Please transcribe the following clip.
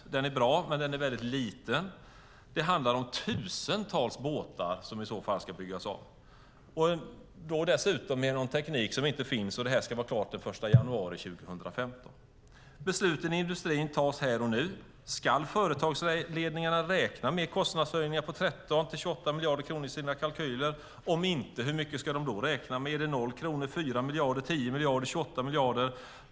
Den är bra, men den är väldigt liten. Det handlar om tusentals båtar som i så fall ska byggas om, dessutom med någon teknik som inte finns, och det ska vara klart den 1 januari 2015. Besluten i industrin tas här och nu. Ska företagsledningarna räkna med kostnadshöjningar på 13-28 miljarder kronor i sina kalkyler? Om inte, hur mycket ska de då räkna med? Är det 0 kronor, 4 miljarder, 10 miljarder eller 28 miljarder?